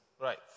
Right